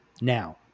Now